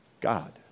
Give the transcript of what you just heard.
God